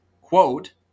quote